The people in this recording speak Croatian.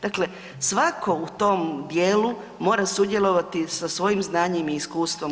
Dakle, svatko u tom dijelu mora sudjelovati sa svojim znanjem i iskustvom